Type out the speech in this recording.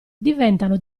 diventano